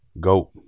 Goat